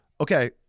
okay